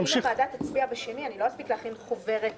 אם הוועדה תצביע ביום שני לא נספיק להכין חוברת